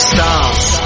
Stars